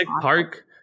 Park